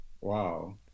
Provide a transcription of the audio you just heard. wow